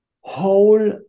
whole